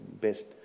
best